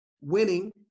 winning